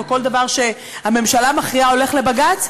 או כל דבר שהממשלה מכריעה הולך לבג"ץ?